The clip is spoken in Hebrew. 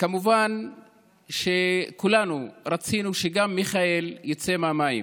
כמובן שכולנו רצינו שגם מיכאל יצא מהמים,